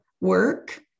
work